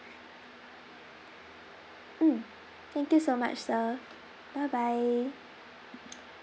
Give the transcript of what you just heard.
mm thank you so much sir bye bye